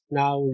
now